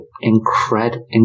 incredible